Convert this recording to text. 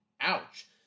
Ouch